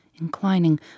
inclining